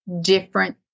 different